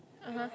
(uh huh)